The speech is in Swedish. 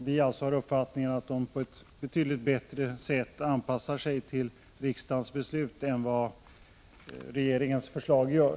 Vi har uppfattningen att de på ett betydligt bättre sätt anpassar sig till riksdagens beslut än vad regeringens förslag gör.